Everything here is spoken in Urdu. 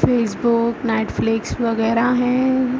فیس بک نیٹ فلکس وغیرہ ہیں